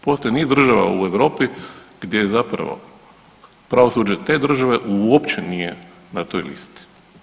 Postoji niz država u Europi gdje zapravo pravosuđe te države uopće na toj listi.